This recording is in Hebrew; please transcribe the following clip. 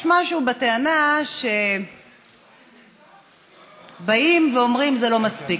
יש משהו בטענה שבאים ואומרים: זה לא מספיק.